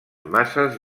masses